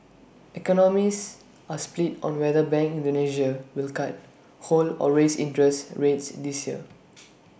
economists are split on whether bank Indonesia will cut hold or raise interest rates this year